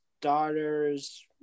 daughters